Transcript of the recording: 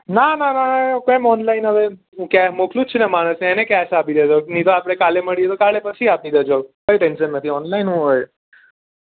ના ના ના ના કંઈ ઓનલાઈન હવે હું મોકલું જ છું માણસને એને કેશ આપી દેજો નહીં તો આપણે કાલે મળીશું કાલે પછી આપી દેશો કંઈ ટેન્શન નથી ઓનલાઈન શું હોય